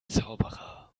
zauberer